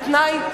בתנאי,